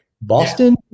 Boston